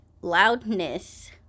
loudness